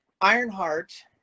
Ironheart